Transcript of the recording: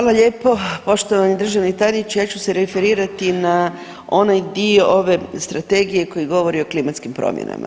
Hvala lijepo poštovani državni tajniče, ja ću se referirati na onaj dio ove Strategije koji govori o klimatskim promjenama.